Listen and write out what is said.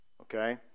Okay